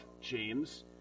James